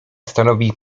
stanowi